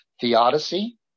theodicy